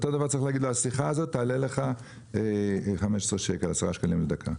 אותו דבר צריך להיות ולומר לו שהשיחה הזאת תעלה לו כך וכך שקלים לדקה.